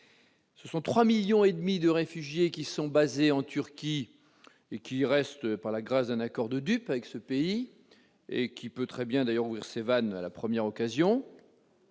que 3,5 millions de réfugiés sont basés en Turquie et qu'ils y restent par la grâce d'un accord de dupes avec ce pays, lequel peut d'ailleurs très bien ouvrir ses vannes à la première occasion